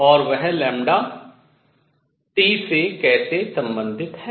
और वह lambda T से कैसे संबंधित है